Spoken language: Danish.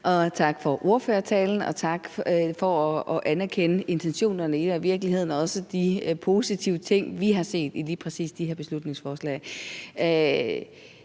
Tak for ordførertalen, og tak for at anerkende intentionerne her og i virkeligheden også de positive ting, vi har set i lige præcis i det her beslutningsforslag.